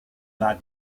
war